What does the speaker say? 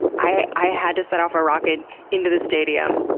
i i had to set off a rocket into the stadium.